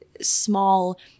small